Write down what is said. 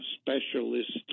specialist